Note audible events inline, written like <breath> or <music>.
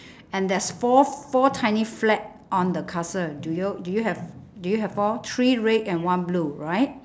<breath> and there's four four tiny flag on the castle do you do you have do you have all three red and one blue right